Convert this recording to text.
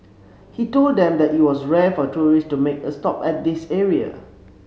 he told them that it was rare for tourists to make a stop at this area